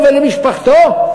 לו ולמשפחתו,